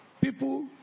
people